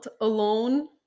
alone